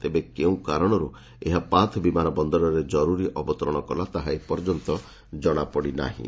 ତେବେ କେଉଁ କାରଣରୁ ଏହା ଫାଥ୍ ବିମାନ ବନ୍ଦରରେ ଜରୁରୀ ଅବତରଣ କଲା ତାହା ଏ ପର୍ଯନ୍ତ ଜଣାପଡ଼ିନାହିଁ